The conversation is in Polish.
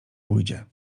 pójdzie